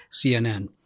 CNN